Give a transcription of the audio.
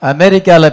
America